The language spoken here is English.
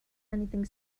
anything